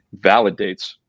validates